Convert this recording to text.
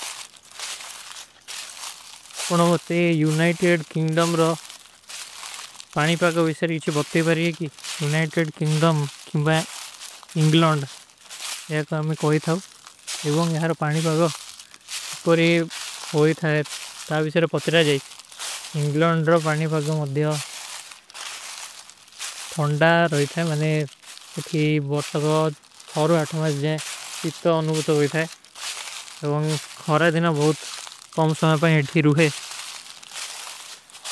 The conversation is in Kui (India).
ପଣଵାତେ United Kingdom ରହ ପାନୀପାଗ ଵିଶର ଇଚ ବତତେ ବାରେଗେ କୀ। ଯୁନାଇଟେଡ କିଂଗ୍ଡମ ଖିମବାଈ ଇଂଗ୍ଲଂଡ ଯା କାମେ କୋଈ ଥାଓ। ଏବଂଗ ଯହର ପାନୀପାଗ କିପର ଯେ ହୋଈ ଥାଏ। ତାଏ ଵିଶର ପଚଡା ଜାଏଚ। ଏବଂଗ ଯହର ପାନୀପାଗ କିପର ଯେ ହୋଈ ଥାଏ। ତାଏ ଵିଶର ପଚଡା ଜାଏଚ।